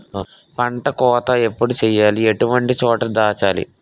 పంట కోత ఎప్పుడు చేయాలి? ఎటువంటి చోట దాచాలి?